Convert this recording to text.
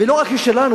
ולא רק שהיא שלנו,